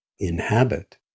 inhabit